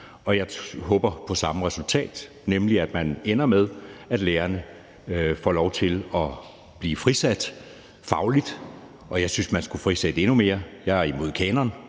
jeg håber på det samme resultat, nemlig at man ender med, at lærerne får lov til at blive frisat fagligt, og jeg synes, at man skulle frisætte endnu mere. Jeg er imod kanon;